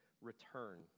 return